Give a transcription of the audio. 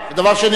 ודבר שני,